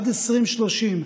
עד 2030,